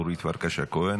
אורית פרקש הכהן,